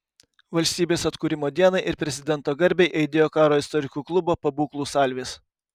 valstybės atkūrimo dienai ir prezidento garbei aidėjo karo istorikų klubo pabūklų salvės